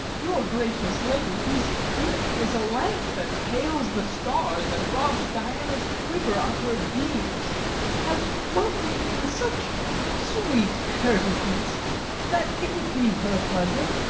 your gracious lady, whose beauty is a lamp that pales the stars and robs diana's quiver of her beams has welcomed me with such sweet courtesies that if it be her pleasure,